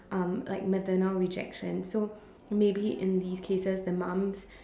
um like maternal rejection so maybe in these cases the mum